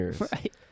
Right